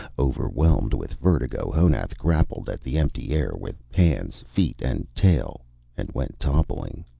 overwhelmed with vertigo, honath grappled at the empty air with hands, feet and tail and went toppling.